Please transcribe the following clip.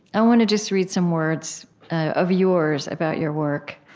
i want to just read some words of yours about your work.